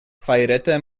fajrete